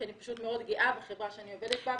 כי אני פשוט מאוד גאה בחברה שאני עובדת בה.